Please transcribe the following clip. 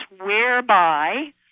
whereby